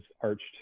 arched